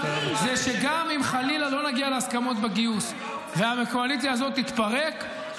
זה שגם אם חלילה לא נגיע להסכמות על הגיוס והקואליציה הזאת תתפרק,